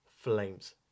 Flames